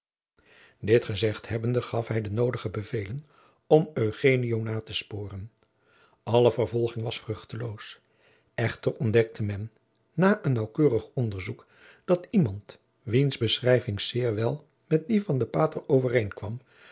dit gezegd hebbende gaf hij de noodige bevelen om eugenio na te spooren alle vervolging was vruchteloos echter ontdekte men na een naauwkeurig onderzoek dat iemand wiens beschrijving zeer wel met die van den pater overeenkwam